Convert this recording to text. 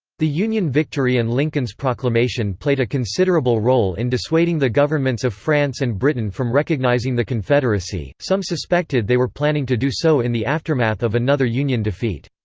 the union victory and lincoln's proclamation played a considerable role in dissuading the governments of france and britain from recognizing the confederacy some suspected they were planning to do so in the aftermath of another union defeat.